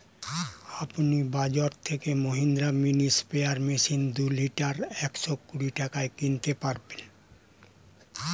আপনি বাজর থেকে মহিন্দ্রা মিনি স্প্রেয়ার মেশিন দুই লিটার একশো কুড়ি টাকায় কিনতে পারবেন